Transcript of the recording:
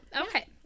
Okay